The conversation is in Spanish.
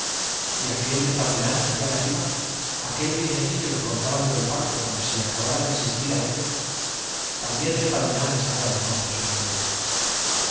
y aquel ripamilán allá arriba aquel viejecillo que contaba lo del parto como si acabara de asistir a él también ripamilán estaba hermoso a su manera